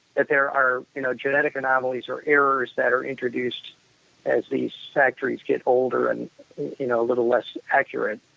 that there are you know genetic anomalies or errors that are introduced as these factories get older and you know a little less accurate,